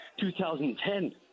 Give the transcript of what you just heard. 2010